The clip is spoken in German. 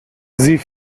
sie